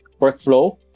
workflow